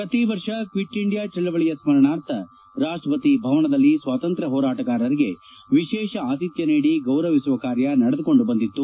ಶ್ರತಿ ವರ್ಷ quit India ಚಳವಳಯ ಸ್ಪರಣಾರ್ಥ ರಾಷ್ಲಸತಿ ಭವನದಲ್ಲಿ ಸ್ವಾತಂತ್ರ್ಯ ಹೋರಾಟಗಾರರಿಗೆ ವಿಶೇಷ ಆತಿಷ್ಟ ನೀಡಿ ಗೌರವಿಸುವ ಕಾರ್ಯ ನಡೆದುಕೊಂಡು ಬಂದಿತ್ತು